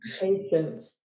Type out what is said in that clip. patience